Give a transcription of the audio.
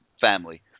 family